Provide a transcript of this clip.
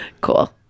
Cool